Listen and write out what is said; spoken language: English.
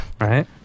Right